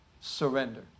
surrender